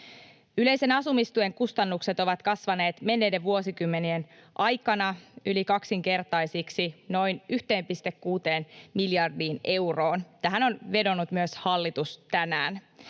Yleisen asumistuen kustannukset ovat kasvaneet menneiden vuosikymmenien aikana yli kaksinkertaisiksi, noin 1,6 miljardiin euroon — tähän on vedonnut myös hallitus tänään.